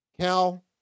Cal